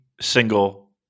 single